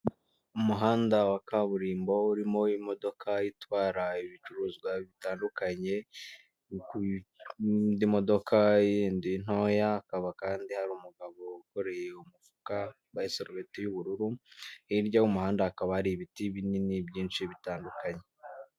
Umuhanda wa kaburimbo urimo imodoka itwara ibicuruzwa bitandukanye, indi modoka yindi ntoya, hakaba kandi hari umugabo wikoreye umufuka yambaye isurubeti y'ubururu hirya y'umuhanda. Hakaba hari ibiti binini byinshi bitandukanye.